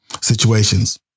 situations